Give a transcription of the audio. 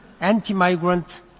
anti-migrant